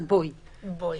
אז בואי,